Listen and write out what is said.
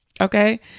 Okay